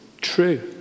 true